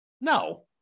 no